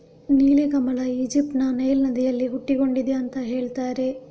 ನೀಲಿ ಕಮಲ ಈಜಿಪ್ಟ್ ನ ನೈಲ್ ನದಿಯಲ್ಲಿ ಹುಟ್ಟಿಕೊಂಡಿದೆ ಅಂತ ಹೇಳ್ತಾರೆ